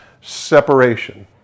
separation